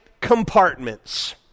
compartments